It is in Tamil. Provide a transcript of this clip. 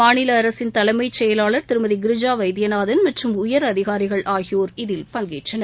மாநில அரசின் தலைமைச்செயலர் திருமதி கிரிஜா வைத்தியநாதன் மற்றும் உயரதிகாரிகள் ஆகியோர் இதில் பங்கேற்றனர்